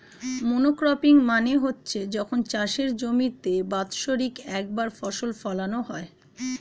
monocropping মানে হচ্ছে যখন চাষের জমিতে বাৎসরিক একবার ফসল ফোলানো হয়